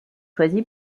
choisi